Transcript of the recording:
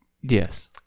Yes